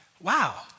wow